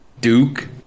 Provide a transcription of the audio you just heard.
Duke